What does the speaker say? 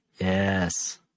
Yes